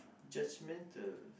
judgemental